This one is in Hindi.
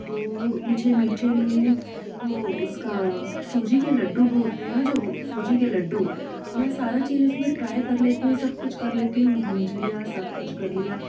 तो मुझे मीठे में वो उसका सूजी के लड्डू जो सूजी के लड्डू में सारा चीज उसमें ट्राई कर लेती हूँ सब कुछ कर लेती हूँ लिया सब कुछ कर लिया